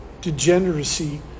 degeneracy